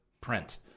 print